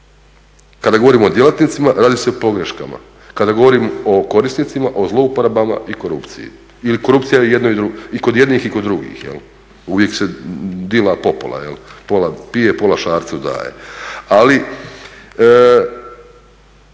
Kada govorimo o djelatnicima radi se o pogreškama. Kada govorim o korisnicima o zlouporabama i korupciji ili je korupcija i kod jednih i kod drugih. Uvijek se dila popola. Pola pije, pola šarcu daje. Ali